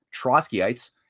Trotskyites